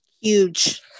huge